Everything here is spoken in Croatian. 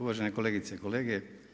uvažene kolegice i kolege.